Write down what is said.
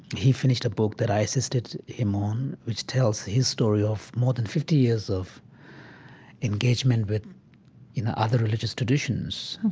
he finished a book that i assisted him on, which tells his story of more than fifty years of engagement in you know other religious traditions,